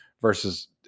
versus